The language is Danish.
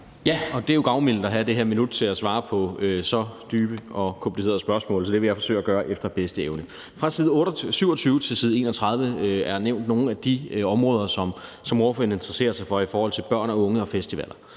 Det er jo et gavmildt at have det her minut til at svare på så dybe og komplicerede spørgsmål, så det vil jeg forsøge at gøre efter bedste evne. Fra side 27 til side 31 er der nævnt nogle af de områder, som ordføreren interesserer sig for i forhold til børn og unge og festivaler.